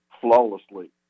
flawlessly